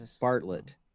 Bartlett